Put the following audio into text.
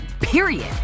period